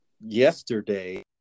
Yesterday